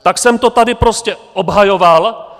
Tak jsem to tady prostě obhajoval.